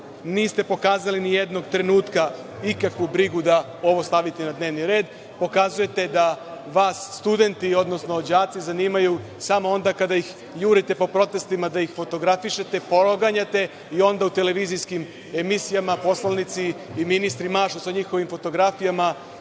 niste pokazali ni jednog trenutka nikakvu brigu da ovo stavite na dnevni red. Pokazujete da vas studenti, odnosno đaci zanimaju samo onda kada ih jurite po protestima da ih fotografišete, proganjate, a onda u televizijskim emisija poslanici i ministri mašu sa njihovim fotografijama,